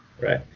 Right